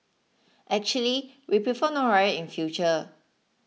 actually we prefer no riot in future